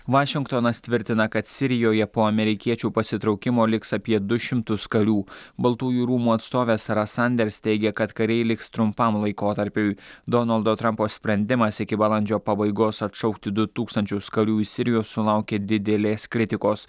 vašingtonas tvirtina kad sirijoje po amerikiečių pasitraukimo liks apie du šimtus karių baltųjų rūmų atstovės sara sanders teigia kad kariai liks trumpam laikotarpiui donaldo trampo sprendimas iki balandžio pabaigos atšaukti du tūkstančius karių iš sirijos sulaukė didelės kritikos